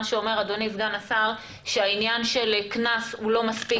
זה אומר, אדוני סגן השר, שעניין הקנס לא מספיק.